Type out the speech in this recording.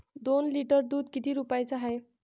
दोन लिटर दुध किती रुप्याचं हाये?